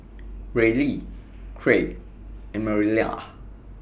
Ryley Kraig and Mariela